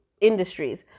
industries